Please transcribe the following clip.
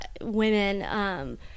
women